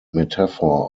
metaphor